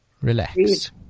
relax